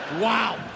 wow